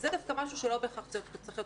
זה דווקא משהו שלא בהכרח צריך להיות